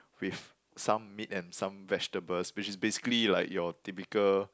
with some meat and some vegetables which is basically like your typical